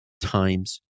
times